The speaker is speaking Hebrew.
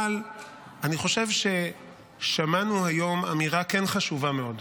אבל אני חושב ששמענו היום אמירה כן חשובה מאוד,